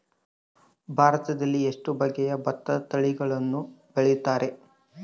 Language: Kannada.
ಭಾರತದಲ್ಲಿ ಎಷ್ಟು ಬಗೆಯ ಭತ್ತದ ತಳಿಗಳನ್ನು ಬೆಳೆಯುತ್ತಾರೆ?